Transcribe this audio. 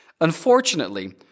Unfortunately